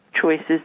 choices